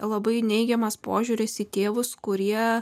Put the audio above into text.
labai neigiamas požiūris į tėvus kurie